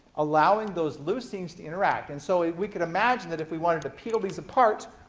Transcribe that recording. allowing those leucines to interact. and so we could imagine that if we wanted to peel these apart,